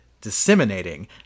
disseminating